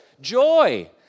Joy